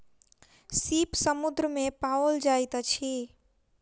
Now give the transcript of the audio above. सीप समुद्र में पाओल जाइत अछि